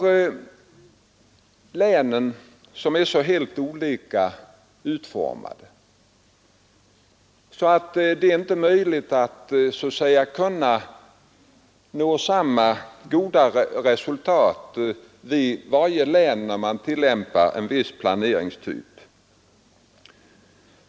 Länen är så olika befolkningsmässigt och på andra sätt, att det med en viss typ av planering inte är möjligt att nå samma resultat i alla län.